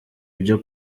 byo